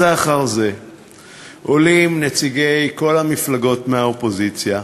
זה אחר זה עולים נציגי כל המפלגות מהאופוזיציה,